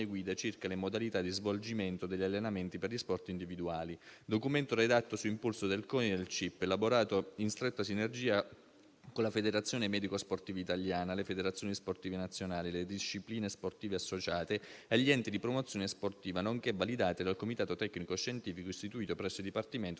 guida circa le modalità di svolgimento degli allenamenti per gli sport individuali, documento redatto su impulso del CONI e del CIP, elaborato in stretta sinergia con la Federazione medico sportiva italiana, le federazioni sportive nazionali, le discipline sportive associate e gli enti di promozione sportiva, nonché validate dal Comitato tecnico scientifico istituito presso il Dipartimento